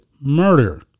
murder